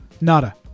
Nada